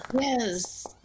Yes